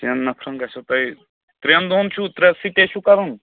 شٮ۪ن نَفرَن گژھو تُہۍ ترٛٮ۪ن دۄہَن چھُو ترٛےٚ سِٹے چھُو کَرُن